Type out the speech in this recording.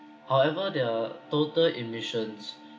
however the total emissions